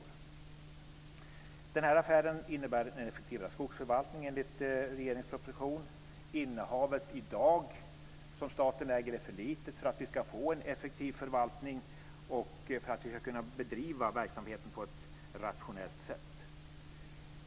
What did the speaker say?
Denna affär innebär en effektivare skogsförvaltning enligt regeringens proposition. Innehavet som staten har i dag är för litet för att vi ska få en effektiv förvaltning och för att vi ska kunna bedriva verksamheten på ett rationellt sätt.